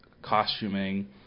Costuming